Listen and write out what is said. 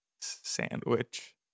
sandwich